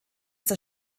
das